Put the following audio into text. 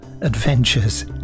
adventures